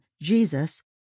Jesus